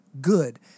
good